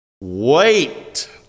Wait